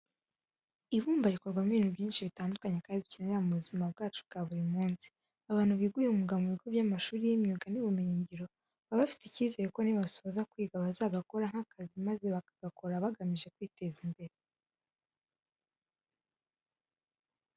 Ibumba rikorwamo ibintu byinshi bitandukanye kandi dukenera mu buzima bwacu bwa buri munsi. Abantu biga uyu mwuga mu bigo by'amashuri y'imyuga n'ubumenyingiro baba bafite icyizere ko nibasoza kwiga bazagakora nk'akazi maze bakagakora bagamije kwiteza imbere.